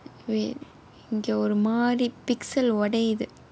wait இங்கே ஒரு மாதிரி:ingae oru maathiri pixel உடையுது:udaiyuthu